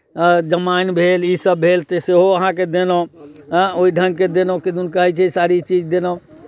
जमाइन भेल ईसभ भेल तऽ सेहो अहाँकेँ देलहुँ आँय ओहि ढङ्गके देलहुँ किदन कहै छै सारी चीज देलहुँ